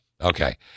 Okay